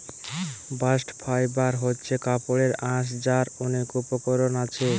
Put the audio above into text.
bast fibre হচ্ছে কাপড়ের আঁশ যার অনেক উপকরণ আছে